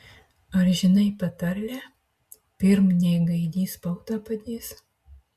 ar žinai patarlę pirm nei gaidys pautą padės